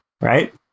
right